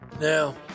Now